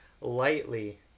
lightly